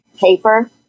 paper